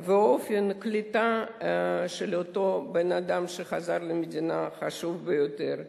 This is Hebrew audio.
ואופן הקליטה של אותו אדם שחזר למדינה הם חשובים ביותר.